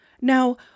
Now